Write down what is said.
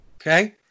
okay